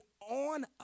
on